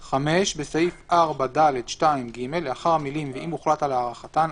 5. בסעיף 4(ד)(2)(ג) לאחר המילים: "ואם הוחלט על הארכתן,